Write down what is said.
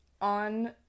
on